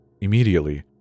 Immediately